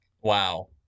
Wow